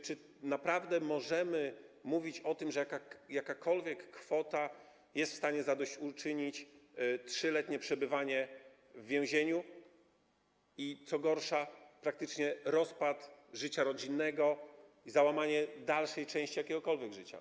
Czy naprawdę możemy mówić o tym, że jakakolwiek kwota jest w stanie zadośćuczynić za 3-letnie przebywanie w więzieniu i, co gorsza, praktycznie za rozpad życia rodzinnego i załamanie dalszej części jakiegokolwiek życia?